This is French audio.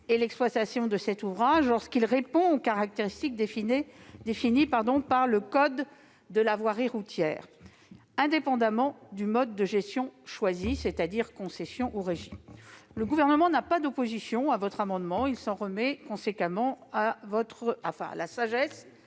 et l'exploitation de cet ouvrage, lorsqu'il répond aux caractéristiques définies par le code de la voirie routière, indépendamment du mode de gestion choisi, c'est-à-dire concession ou régie. Le Gouvernement n'a pas de raison de s'opposer à cet amendement. Par conséquent, il s'en remet à la sagesse